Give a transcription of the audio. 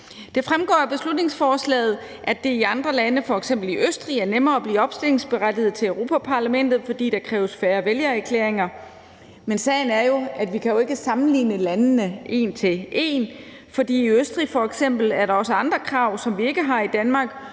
Det fremgår af beslutningsforslaget, at det i andre lande, f.eks. i Østrig, er nemmere at blive opstillingsberettiget til Europa-Parlamentet, fordi der kræves færre vælgerklæringer. Men sagen er jo, at vi ikke kan sammenligne landene en til en, for f.eks. er der i Østrig også andre krav, som vi ikke har i Danmark.